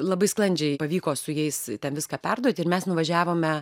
labai sklandžiai pavyko su jais ten viską perduoti ir mes nuvažiavome